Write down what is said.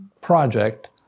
project